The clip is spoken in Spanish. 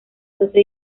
doce